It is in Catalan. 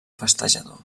festejador